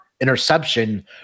interception